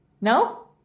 No